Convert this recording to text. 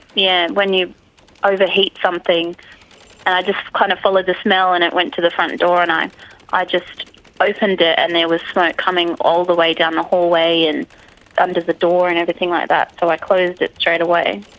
yeah, when you overheat something. and i just kind of followed the smell and it went to the front door and i ah just opened it and there was smoke coming all the way down the hallway and under the door and everything like that. so i closed it straight away.